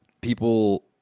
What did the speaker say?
people